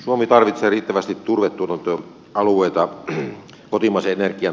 suomi tarvitsee riittävästi turvetuotantoalueita kotimaisen energian turvaamiseksi